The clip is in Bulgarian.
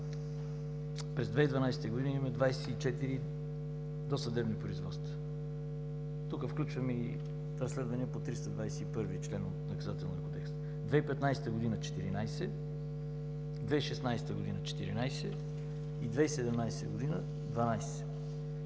през 2012 г. имаме 24 досъдебни производства, тук включваме и разследвания по чл. 321 от Наказателния кодекс; 2015 г. – 14; 2016 г. – 14; и 2017 г. – 12.